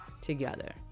together